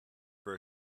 for